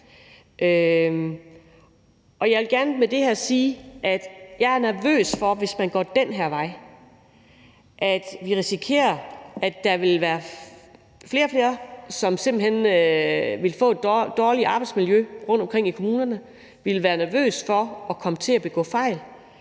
Jeg vil gerne med det her sige, at jeg er nervøs for det, hvis man går den her vej, for vi risikerer, at der vil være flere og flere, som simpelt hen vil få et dårligt arbejdsmiljø rundtomkring i kommunerne og vil være nervøse for at komme til at begå fejl.